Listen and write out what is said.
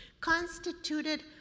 constituted